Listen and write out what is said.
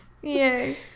Yay